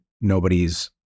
nobody's